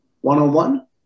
one-on-one